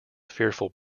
fearful